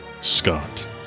Scott